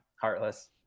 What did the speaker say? heartless